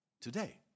today